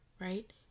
right